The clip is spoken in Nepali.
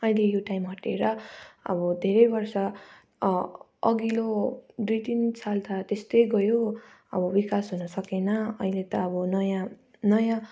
अहिले यो टाइम हटेर अब धेरै वर्ष अघिल्लो दुई तिन साल त त्यस्तै गयो अब विकास हुन सकेन अहिले त अब नयाँ नयाँ